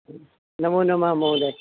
नमो नमः महोदय